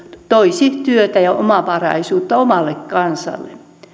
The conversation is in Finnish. toisi työtä ja omavaraisuutta omalle kansalle